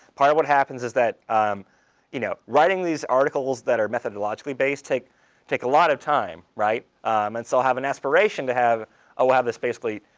part of what happens is that um you know writing these articles that are methodologically based take take a lot of time right. and so i have an aspiration to have a lot of this basically,